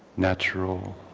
natural.